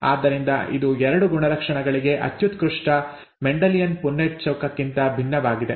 ಆದ್ದರಿಂದ ಇದು 2 ಗುಣಲಕ್ಷಣಗಳಿಗೆ ಅತ್ಯುತ್ಕೃಷ್ಟ ಮೆಂಡೆಲಿಯನ್ ಪುನ್ನೆಟ್ ಚೌಕಕ್ಕಿಂತ ಭಿನ್ನವಾಗಿದೆ